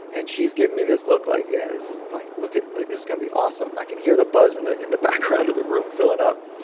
and she's giving me this look like, yeah, this is like, look it, like this is gonna be awesome. can hear the buzz in the in the background of the room filling up.